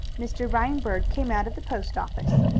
mr. reinberg came out of the post-office.